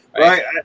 right